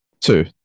Two